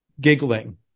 giggling